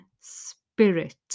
spirit